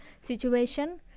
situation